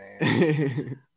man